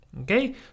Okay